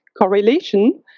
correlation